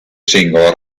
singolo